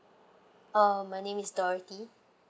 uh my name is dorothy